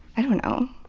i don't know.